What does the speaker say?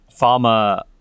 pharma